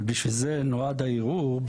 אבל בשביל זה נועד הערעור,